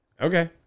Okay